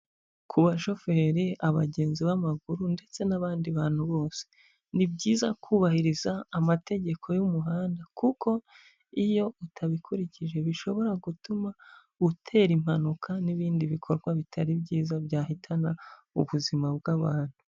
Ku bashoferi, abagenzi b'amaguru, ndetse n'abandi bantu bose. Ni byiza kubahiriza amategeko y'umuhanda. Kuko iyo utabikurikije bishobora gutuma, utera impanuka n'ibindi bikorwa bitari byiza byahitana ubuzima bw'abantu.